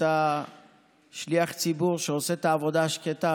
אתה שליח ציבור שעושה את העבודה השקטה,